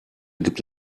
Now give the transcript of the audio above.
gibt